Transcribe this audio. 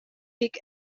peak